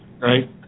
right